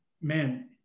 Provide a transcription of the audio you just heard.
man